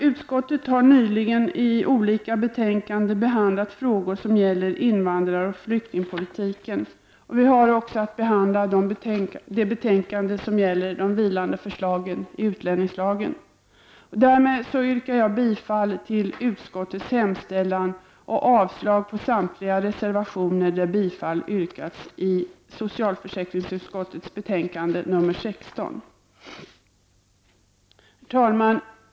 Utskottet har nyligen i olika betänkanden behandlat olika frågor som gäller invandraroch flyktingpolitiken, och vi har också att behandla det betänkande som gäller de vilande förslagen i utlänningslagen. Härmed yrkar jag bifall till utskottets hemställan och avslag på samtliga reservationer i socialförsäkringsutskottets betänkande nr 16. Herr talman!